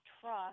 trust